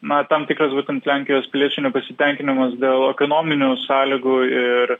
na tam tikras būtent lenkijos piliečių nepasitenkinimas dėl ekonominių sąlygų ir